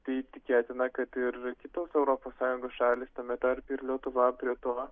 tai tikėtina kad ir kitos europos sąjungos šalys tame tarpe ir lietuva prie to